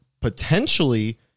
potentially